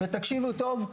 תקשיבו טוב,